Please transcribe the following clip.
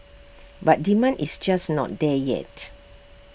but demand is just not there yet